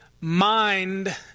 mind